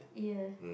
ear